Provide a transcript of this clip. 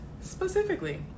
specifically